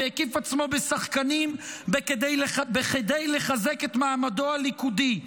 והקיף עצמו בשחקנים בכדי לחזק את מעמדו הליכודי.